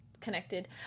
connected